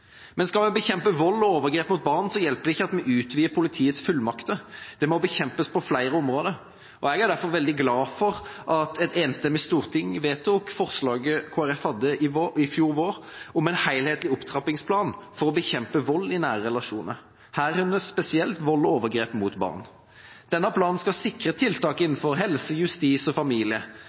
Men skal vi bekjempe vold og overgrep mot barn, hjelper det ikke at vi utvider politiets fullmakter – dette må bekjempes på flere områder. Jeg er derfor veldig glad for at et enstemmig storting vedtok forslaget Kristelig Folkeparti hadde i fjor vår om en helhetlig opptrappingsplan for å bekjempe vold i nære relasjoner, herunder spesielt vold og overgrep mot barn. Denne planen skal sikre tiltak innenfor helse, justis og familie.